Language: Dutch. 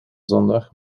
zondag